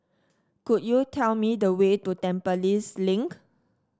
could you tell me the way to Tampines Link